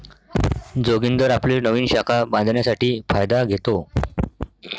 जोगिंदर आपली नवीन शाखा बांधण्यासाठी फायदा घेतो